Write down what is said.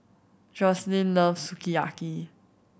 Joslyn loves Sukiyaki